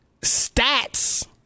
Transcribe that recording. stats